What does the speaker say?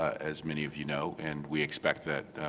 as many of you know, and we expect that